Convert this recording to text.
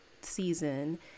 season